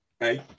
Hey